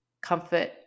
comfort